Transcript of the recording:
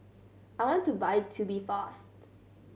I want to buy Tubifast